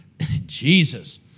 Jesus